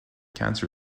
cancer